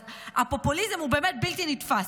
אז הפופוליזם הוא באמת בלתי נתפס.